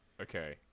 Okay